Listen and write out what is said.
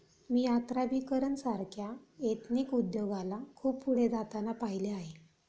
मी यात्राभिकरण सारख्या एथनिक उद्योगाला खूप पुढे जाताना पाहिले आहे